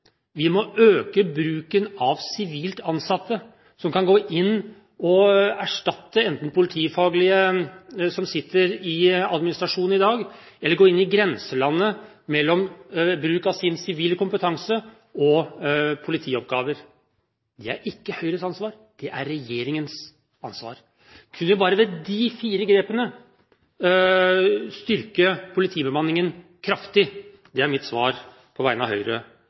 Vi må øke bruken av sivilt ansatte som kan gå inn og erstatte politifaglige som sitter i administrasjonen i dag, og som kan gå inn i grenselandet mellom sin sivile kompetanse og politioppgaver. Det er ikke Høyres ansvar, det er regjeringens ansvar. Vi kunne bare ved de fire grepene styrket politibemanningen kraftig. Det er mitt svar på vegne av Høyre